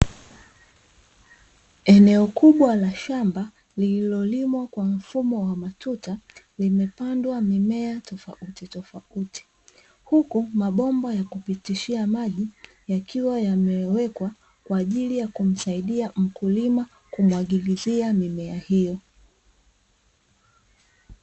Eneo kubwa la shamba lililolimwa kwa mfumo wa matuta, limepandwa mimea tofautitofauti, huku mabomba ya kupitishia maji yakiwa yamewekwa, kwa ajili ya kumsaidia mkulima kumwagilizia mimea hiyo.